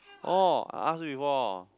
oh I ask you before oh